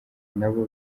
nabo